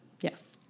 Yes